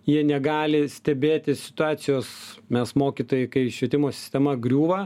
jie negali stebėti situacijos mes mokytojai kai švietimo sistema griūva